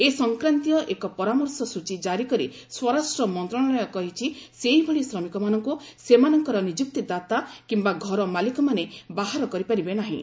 ଏ ସଂକ୍ରାନ୍ତୀୟ ଏକ ପରାମର୍ଶ ସୂଚୀ ଜାରି କରି ସ୍ୱରାଷ୍ଟ୍ର ମନ୍ତ୍ରଶାଳୟ କହିଛି ସେହିଭଳି ଶ୍ରମିକମାନଙ୍କୁ ସେମାନଙ୍କର ନିଯୁକ୍ତିଦାତା କିୟା ଘର ମାଲିକମାନେ ବାହାର କରିପାରିବେ ନାହିଁ